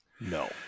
No